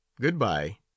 Goodbye